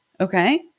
okay